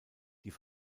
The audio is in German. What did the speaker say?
die